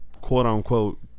quote-unquote